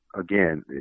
again